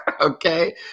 okay